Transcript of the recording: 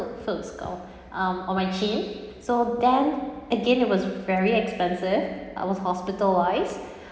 foot skull um on my chin so then again it was very expensive I was hospitalised